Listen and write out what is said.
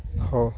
ହଉ